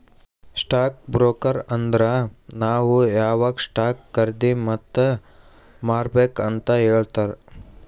stock broker ಅಂದುರ್ ನಾವ್ ಯಾವಾಗ್ ಸ್ಟಾಕ್ ಖರ್ದಿ ಮತ್ ಮಾರ್ಬೇಕ್ ಅಂತ್ ಹೇಳ್ತಾರ